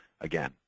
again